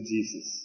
Jesus